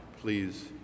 Please